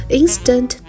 instant